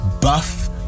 buff